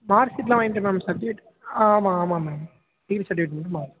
mark ஷீட்லாம் வாங்கிட்டேன் ma'am certificate ஆமாம் ஆமாம் மேம் டிகிரி சர்டிஃபிகேட் மட்டும் மேம்